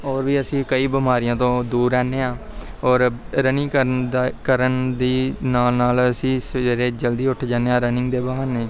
ਔਰ ਵੀ ਅਸੀਂ ਕਈ ਬਿਮਾਰੀਆਂ ਤੋਂ ਦੂਰ ਰਹਿੰਦੇ ਹਾਂ ਔਰ ਰਨਿੰਗ ਕਰਨ ਦਾ ਕਰਨ ਦੀ ਨਾਲ ਨਾਲ ਅਸੀਂ ਸਵੇਰੇ ਜਲਦੀ ਉੱਠ ਜਾਂਦੇ ਹਾਂ ਰਨਿੰਗ ਦੇ ਬਹਾਨੇ